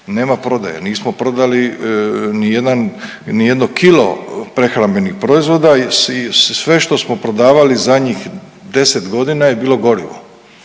Nema prodaje, nismo prodali nijedno kilo prehrambenih proizvoda i sve što smo prodavali zadnjih 10 godina je bilo gorivo,